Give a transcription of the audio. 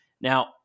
Now